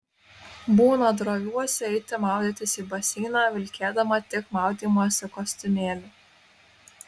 būna droviuosi eiti maudytis į baseiną vilkėdama tik maudymosi kostiumėliu